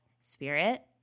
spirit